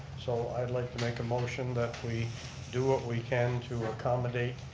so i'd like to make a motion that we do what we can to accommodate